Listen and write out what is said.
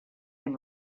been